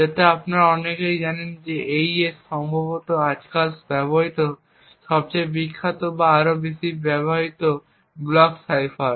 যাতে আপনারা অনেকেই জানেন যে AES সম্ভবত আজকাল ব্যবহৃত সবচেয়ে বিখ্যাত বা আরও বেশি ব্যবহৃত ব্লক সাইফার